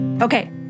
Okay